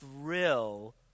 thrill